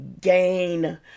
gain